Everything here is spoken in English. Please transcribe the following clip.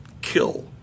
kill